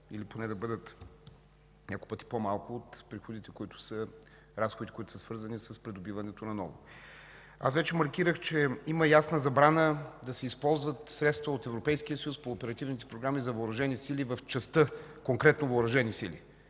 или поне да бъдат няколко пъти по-малко от разходите, свързани с придобиването на ново. Аз вече маркирах, че има ясна забрана да се използват средства от Европейския съюз по оперативните програми за Въоръжени сили в частта, конкретно Въоръжени сили,